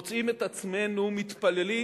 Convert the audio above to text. מוצאים את עצמנו מתפללים